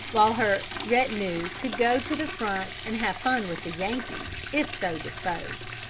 while her retinue could go to the front and have fun with the yankees, if so disposed.